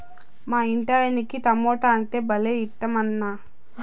మా ఇంటాయనకి టమోటా అంటే భలే ఇట్టమన్నా